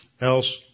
else